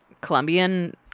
Colombian